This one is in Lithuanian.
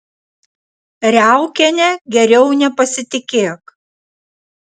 riaukiene geriau nepasitikėk